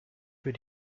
für